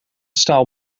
staal